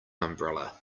umbrella